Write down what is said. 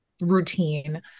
routine